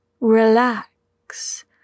relax